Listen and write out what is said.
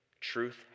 Truth